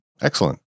Excellent